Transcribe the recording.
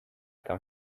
come